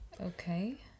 Okay